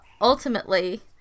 ultimately